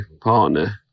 partner